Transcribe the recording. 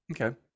Okay